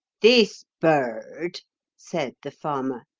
this bird said the farmer,